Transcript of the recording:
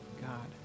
God